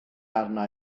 arna